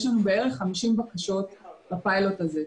יש לנו בערך 50 בקשות בפיילוט הזה.